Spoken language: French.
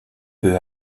peu